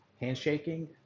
handshaking